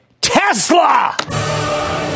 Tesla